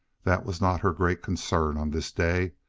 that was not her great concern on this day.